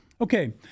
Okay